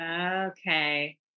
okay